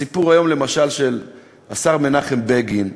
הסיפור היום, למשל, של השר מנחם בגין,